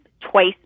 twice